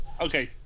Okay